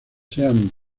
sean